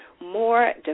more